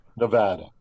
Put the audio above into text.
Nevada